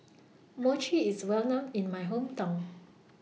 Mochi IS Well known in My Hometown